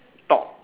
top